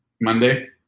Monday